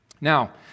Now